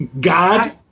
God